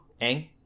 Ang